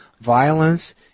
violence